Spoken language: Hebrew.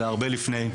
אלא הרבה לפני.